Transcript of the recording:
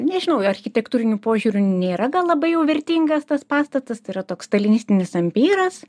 nežinau architektūriniu požiūriu nėra labai jau vertingas tas pastatas tai yra toks stalinistinis ampyras